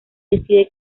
decide